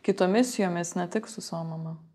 kitomis jomis ne tik su savo mama